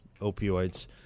opioids